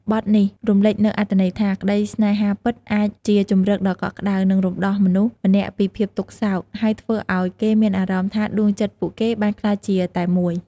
បទនេះរំលេចនូវអត្ថន័យថា ក្តីស្នេហាពិតអាចជាជម្រកដ៏កក់ក្តៅ និងរំដោះមនុស្សម្នាក់ពីភាពទុក្ខសោក ហើយធ្វើឲ្យពួកគេមានអារម្មណ៍ថាដួងចិត្តពួកគេបានក្លាយជាតែមួយ។